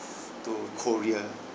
to korea